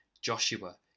Joshua